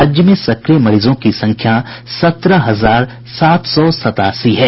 राज्य में सक्रिय मरीजों की संख्या सत्रह हजार सात सौ सतासी है